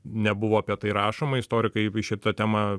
nebuvo apie tai rašoma istorikai į šitą temą